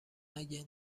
اگه